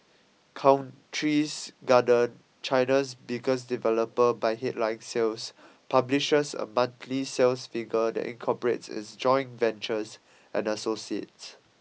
Countries Garden China's biggest developer by headline sales publishes a monthly sales figure that incorporates its joint ventures and associates